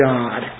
God